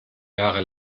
jahre